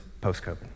post-COVID